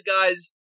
guy's